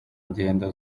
ngendo